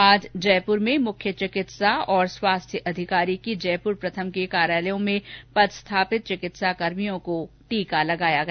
आज जयप्र में मुख्य चिकित्सा और स्वास्थ्य अधिकारी की जयप्र प्रथम के कार्यालयों में पदस्थापित चिकित्सा कर्मियों को कोविड टीका लगाया गया